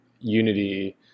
unity